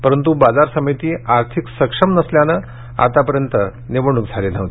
परंतु बाजार समिती आर्थिक सक्षम नसल्यानं आतापर्यंत निवडणूक झाली नव्हती